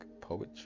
poetry